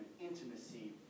intimacy